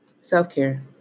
Self-care